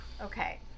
Okay